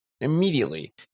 immediately